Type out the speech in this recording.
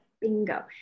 Bingo